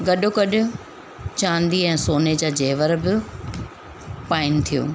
गॾो गॾु चांदी ऐं सोने जा जेवर बि पाइनि थियूं